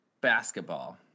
basketball